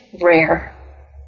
rare